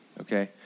okay